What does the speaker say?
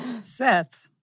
Seth